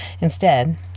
Instead